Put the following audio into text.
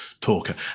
talker